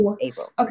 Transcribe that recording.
April